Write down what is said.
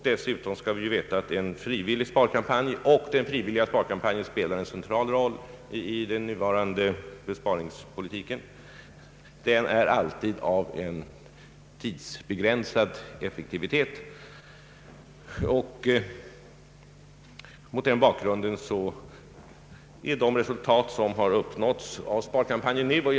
Dessutom skall vi veta att en frivillig sparkampanj — och den frivilliga sparkampanjen spelar en central roll i den nuvarande besparingspolitiken — har alltid en tidsbegränsad effekt. Mot den bakgrunden är de resultat som nu uppnåtts av sparkampanjen betydande.